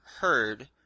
heard